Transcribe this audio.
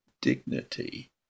dignity